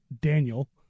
Daniel